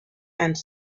and